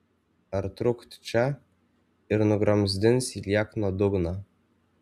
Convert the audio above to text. ar trukt čia ir nugramzdins į liekno dugną